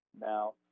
now